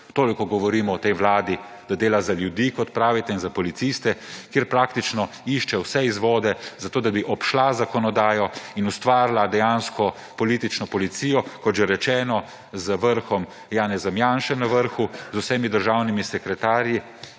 Toliko govorimo o tej vladi, da dela za ljudi, kot pravite, in za policiste, kjer praktično išče vse izvode, zato da bi obšla zakonodajo in ustvarila dejansko politično policijo, kot že rečeno, z Janezom Janše na vrhu, z vsemi državnimi sekretarji